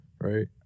right